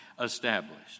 established